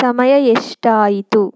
ಸಮಯ ಎಷ್ಟಾಯಿತು